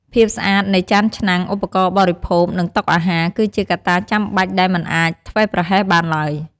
ភាពស្អាតនៃ ចាន ឆ្នាំង ឧបករណ៍បរិភោគ និងតុអាហារ គឺជាកត្តាចាំបាច់ដែលមិនអាចធ្វេសប្រហែសបានឡើយ។